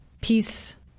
Peace